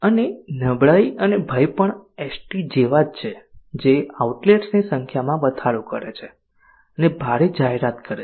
અને નબળાઈ અને ભય પણ એસટી જેવા જ છે જે આઉટલેટ્સની સંખ્યામાં વધારો કરે છે અને ભારે જાહેરાત કરે છે